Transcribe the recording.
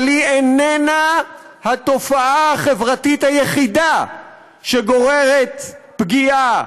אבל היא איננה התופעה החברתית היחידה שגוררת פגיעה,